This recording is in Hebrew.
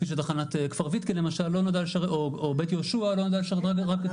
כפי שתחנת כפר ויתקין או בית יהושע לא נועדה לשרת את רק התושבים בהם.